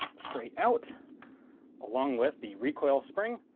straight out along with the recoil spring,